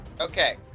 Okay